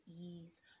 ease